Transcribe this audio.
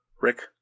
Rick